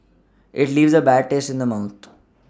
it leaves a bad taste in the mouth